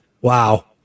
Wow